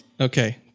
okay